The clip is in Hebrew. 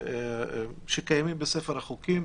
שקיימים בספר החוקים.